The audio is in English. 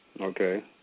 Okay